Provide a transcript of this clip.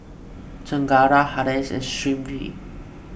Chengara Haresh and Smriti